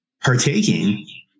partaking